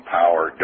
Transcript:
power